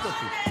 תכבד אותי.